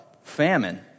Famine